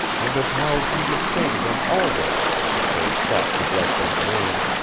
and of how he would say to them always, if they sought to bless his name,